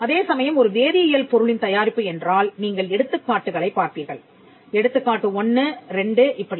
அதேசமயம் ஒரு வேதியியல் பொருளின் தயாரிப்பு என்றால் நீங்கள் எடுத்துக்காட்டுகளைப் பார்ப்பீர்கள் எடுத்துக்காட்டு 1 2 இப்படி